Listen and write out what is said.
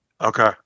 okay